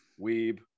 weeb